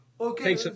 Okay